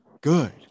good